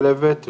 שלהבת,